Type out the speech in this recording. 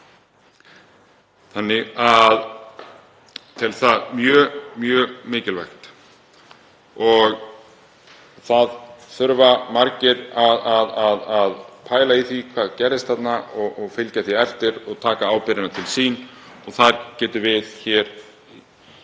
okkar. Ég tel það mjög mikilvægt. Það þurfa margir að pæla í því hvað gerðist þarna og fylgja því eftir og taka ábyrgðina til sín og því getum við á